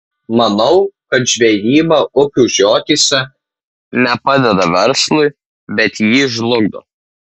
manau kad žvejyba upių žiotyse ne padeda verslui bet jį žlugdo